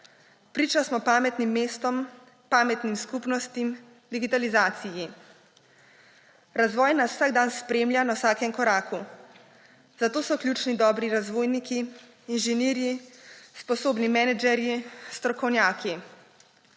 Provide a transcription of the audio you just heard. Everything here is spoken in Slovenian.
Priča smo pametnim mestom, pametnim skupnostim, digitalizaciji. Razvoj nas vsak dan spremlja na vsakem koraku. Zato so ključni dobri razvojniki, inženirji, sposobni menedžerji, strokovnjaki.